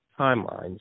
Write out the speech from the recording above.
Timelines